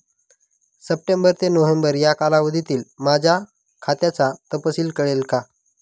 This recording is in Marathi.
सप्टेंबर ते नोव्हेंबर या कालावधीतील माझ्या खात्याचा तपशील कळेल का?